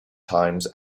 times